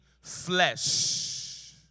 flesh